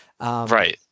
Right